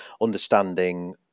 understanding